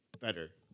better